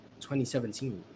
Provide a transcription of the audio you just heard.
2017